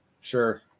Sure